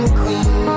queen